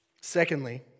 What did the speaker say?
Secondly